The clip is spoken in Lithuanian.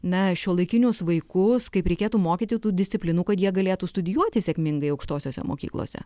na šiuolaikinius vaikus kaip reikėtų mokyti tų disciplinų kad jie galėtų studijuoti sėkmingai aukštosiose mokyklose